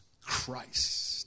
Christ